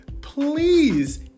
please